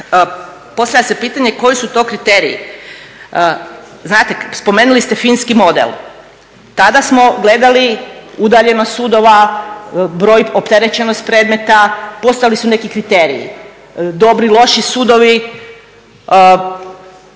postavlja se pitanje koji su to kriteriji? Znate, spomenuli ste finski model, tada smo gledali udaljenost sudova, opterećenost predmeta, postojali su neki kriteriji, dobri, loši sudovi.